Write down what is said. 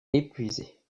épuisé